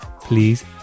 please